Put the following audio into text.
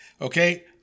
okay